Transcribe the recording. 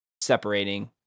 separating